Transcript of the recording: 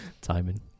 Timing